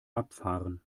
abfahren